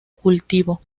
cultivo